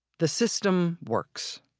the system works.